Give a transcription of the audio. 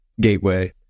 Gateway